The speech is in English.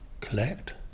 collect